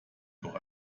doch